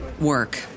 work